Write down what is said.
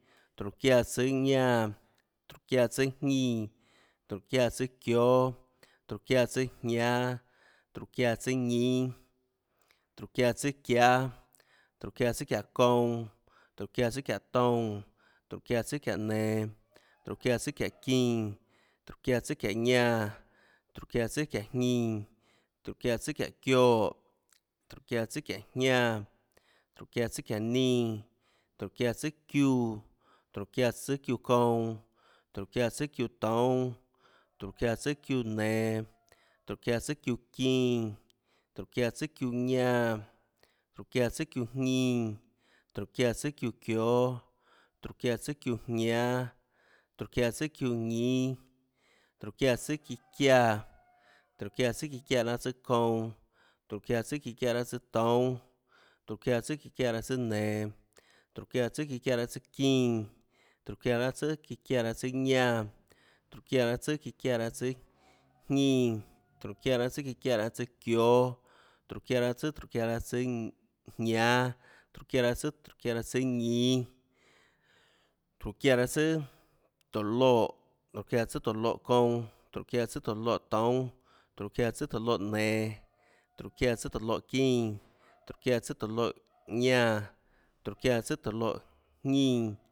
Tróhå çiáã tsùâ ñánã, tróhå çiáã tsùâjñínã. tróhå çiáã tsùâ çióâ, tróhå çiáã tsùâ jñánâ. tróhå çiáã tsùâ ñínâ, tróhå çiáã tsùâ çiáâ, tróhå çiáã tsùâ çiáhå kounã. tróhå çiáã tsùâ çiáhå toúnâ, tróhå çiáã tsùâ çiáhå nenå, tróhå çiáã tsùâ çiáhå çínã, tróhå çiáã tsùâ çiáhå ñánã, tróhå çiáã tsùâ çiáhå jñínã. tróhå çiáã tsùâ çiáhå çióâ. tróhå çiáã tsùâ çiáhå jñánã, tróhå çiáã tsùâ çiáhå ñínâ, tróhå çiáã tsùâ çiúã, tróhå çiáã tsùâ çiúã kounã, tróhå çiáã tsùâ çiúã toúnâ, tróhå çiáã tsùâ çiúã nenå, tróhå çiáã tsùâ çiúã çínã, tróhå çiáã tsùâ çiúã ñánã, tróhå çiáã tsùâ çiúã jñínã, tróhå çiáã tsùâ çiúã çióâ, tróhå çiáã tsùâ çiúãjñánâ, tróhå çiáã tsùâ ñínâ, tróhå çiáã tsùà çiã çiáã, tróhå çiáã tsùâ çíã çiáã raâ tsùâ kounã. tróhå çiáã tsùâ çíã çiáã raâ tsùâ toúnâ. tróhå çiáã tsùâ çíã çiáã raâ tsùâ nenå. tróhå çiáã tsùâ çíã çiáã raâ tsùâ çínã. tróhå çiáã tsùâ çíã çiáã raâ tsùâ ñánã. tróhå çiáã tsùâ çíã çiáã raâ tsùâ jñínã. tróhå çiáã tsùâ çíã çiáã raâ tsùâ çióâ, tróhå çiáã tsùâ çíã çiáã raâ tsùâjñánâ. tróhå çiáã tsùâ çíã çiáã raâ tsùâ ñínâ, tróhå çiáã tsùà tóhå loè, tróhå çiáã tsùâ tóå loè kounã, tróhå çiáã tsùâ tóå loè toúnâ, tróhå çiáã tsùâ tóå loè nenå. tróhå çiáã tsùâ tóå loè çínã. tróhå çiáã tsùâ tóå loè ñánã, tróhå çiáã tsùâ tóå loè jñínã,